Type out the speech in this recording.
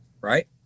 Right